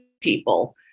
people